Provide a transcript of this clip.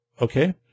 Okay